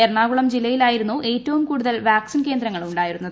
എറണാകുളം ജില്ലയിലായിരുന്നു ഏറ്റവുട്ടുകൂടുതൽ വാക്സിൻ കേന്ദ്രങ്ങൾ ഉണ്ടായിരുന്നത്